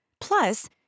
Plus